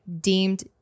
deemed